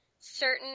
certain